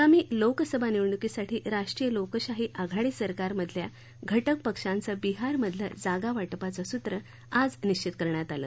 आगामी लोकसभा निवडणुकीसाठी राष्ट्रीय लोकशाही आघाडी सरकार मधल्या घटकपक्षांचं बिहारमधलं जागावाटपाचं सूत्र आज निश्वित करण्यात आलं